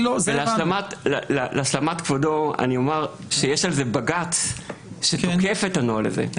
להשלמת כבודו אני אומר שיש על זה בג"ץ שתוקף את הנוהל הזה,